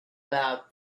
about